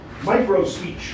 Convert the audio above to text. micro-speech